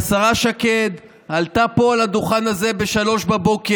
השרה שקד עלתה פה על הדוכן הזה ב-03:00,